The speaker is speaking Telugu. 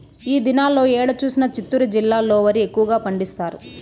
ఈ దినాల్లో ఏడ చూసినా చిత్తూరు జిల్లాలో వరి ఎక్కువగా పండిస్తారు